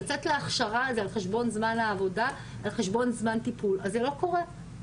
ן מנהלת המחלקה לעבודה סוציאלית בבריאות הנפש אבי